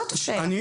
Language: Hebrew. זו השאלה.